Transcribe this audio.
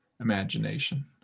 imagination